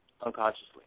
unconsciously